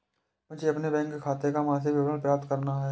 मुझे अपने बैंक खाते का मासिक विवरण प्राप्त करना है?